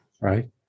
right